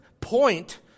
point